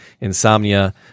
insomnia